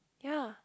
ya